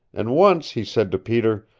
and once he said to peter,